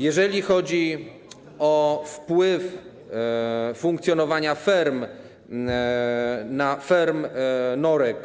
Jeżeli chodzi o wpływ funkcjonowania ferm norek